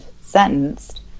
sentenced